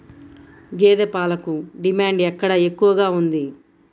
గేదె పాలకు డిమాండ్ ఎక్కడ ఎక్కువగా ఉంది?